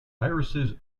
irises